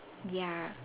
ya